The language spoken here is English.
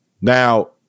Now